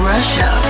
Russia